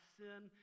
sin